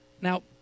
Now